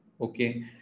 Okay